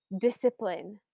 discipline